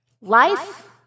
life